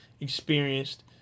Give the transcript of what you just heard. experienced